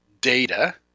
data